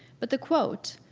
but the quote,